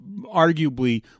Arguably